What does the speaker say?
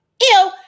Ew